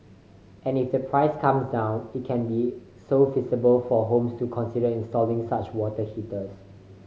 and if the price comes down it can be so feasible for homes to consider installing such water heaters